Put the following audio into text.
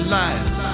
life